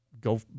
Go